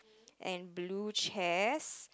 and blue chairs